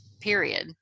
period